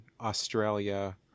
Australia